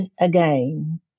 again